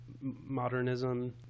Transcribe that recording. modernism